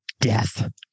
Death